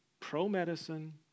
pro-medicine